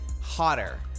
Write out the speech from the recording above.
hotter